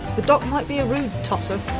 the doc might be a rude tosser,